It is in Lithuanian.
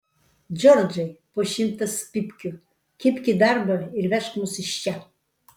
džordžai po šimtas pypkių kibk į darbą ir vežk mus iš čia